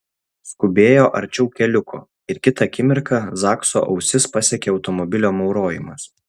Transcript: skubėjo arčiau keliuko ir kitą akimirką zakso ausis pasiekė automobilio maurojimas